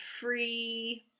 free